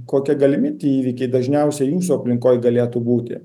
kokie galimi tie įvykiai dažniausiai jūsų aplinkoj galėtų būti